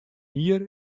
jier